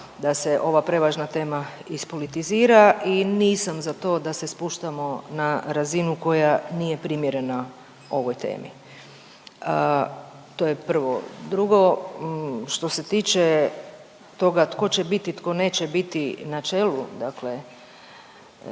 da se ova prevažna tema ispolitizira i nisam za to da se spuštamo na razinu koja nije primjerena ovoj temi. To je prvo. Drugo, što se tiče toga tko će biti, tko neće biti na čelu dakle,